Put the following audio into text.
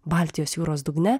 baltijos jūros dugne